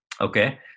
Okay